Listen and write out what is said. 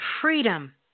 freedom